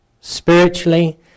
spiritually